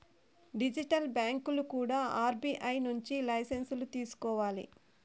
digital బ్యాంకులు కూడా RBI నుంచి లైసెన్సులు తీసుకోవాలి